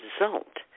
result